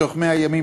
מתוך 100 הימים,